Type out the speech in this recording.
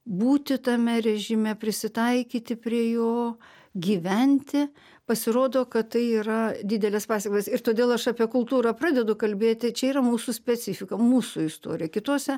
būti tame režime prisitaikyti prie jo gyventi pasirodo kad tai yra didelės pasekmės ir todėl aš apie kultūrą pradedu kalbėti čia yra mūsų specifika mūsų istorija kitose